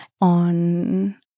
on